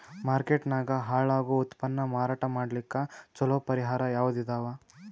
Market ನಾಗ ಹಾಳಾಗೋ ಉತ್ಪನ್ನ ಮಾರಾಟ ಮಾಡಲಿಕ್ಕ ಚಲೋ ಪರಿಹಾರ ಯಾವುದ್ ಇದಾವ?